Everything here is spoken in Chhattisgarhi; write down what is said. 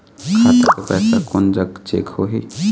खाता के पैसा कोन जग चेक होही?